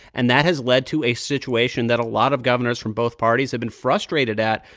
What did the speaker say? and that has led to a situation that a lot of governors from both parties have been frustrated at.